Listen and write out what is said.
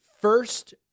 first